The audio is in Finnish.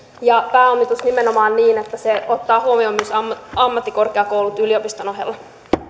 ja pääomitusta nimenomaan niin että se ottaa huomioon myös ammattikorkeakoulut yliopiston ohella